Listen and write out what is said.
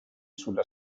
sulla